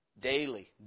daily